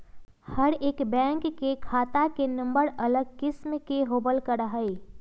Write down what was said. हर एक बैंक के खाता के नम्बर अलग किस्म के होबल करा हई